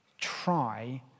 try